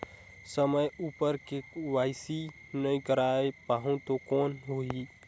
समय उपर के.वाई.सी नइ करवाय पाहुं तो कौन होही?